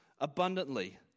abundantly